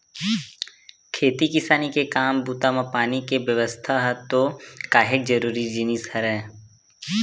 खेती किसानी के काम बूता म पानी के बेवस्था ह तो काहेक जरुरी जिनिस हरय